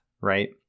right